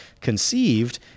conceived